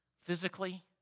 physically